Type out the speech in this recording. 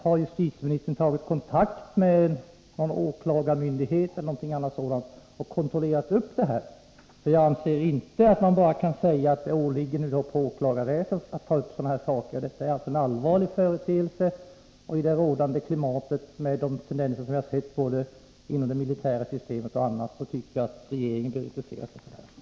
Har justitieministern tagit kontakt med någon åklagarmyndighet eller annan myndighet för att kontrollera den här saken? Jag anser inte att man bara kan säga att det åligger åklagarväsendet att ta upp sådana här saker. Detta är allvarligt, och i det rådande klimatet med de tendenser vi har kunnat iaktta både inom det militära systemet och på annat håll tycker jag att regeringen bör intressera sig för det här.